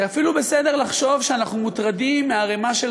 זה אפילו בסדר לחשוב שאנחנו מוטרדים מערימה של